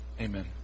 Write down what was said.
Amen